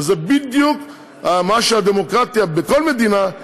וזה בדיוק מה שהדמוקרטיה בכל מדינה,